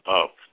up